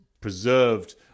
preserved